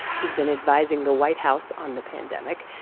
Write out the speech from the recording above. he's been advising the white house on the pandemic,